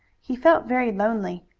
he felt very lonely.